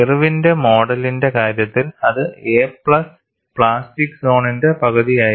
ഇർവിന്റെ മോഡലിന്റെ Irwin's model കാര്യത്തിൽ അത് എ പ്ലസ് പ്ലാസ്റ്റിക് സോണിന്റെ പകുതിയായിരുന്നു